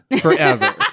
forever